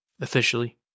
Officially